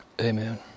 Amen